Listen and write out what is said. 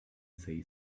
say